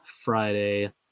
Friday